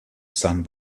sun